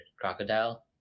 Crocodile